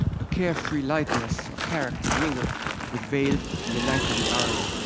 a carefree lightness of character mingled with veiled melancholy irony.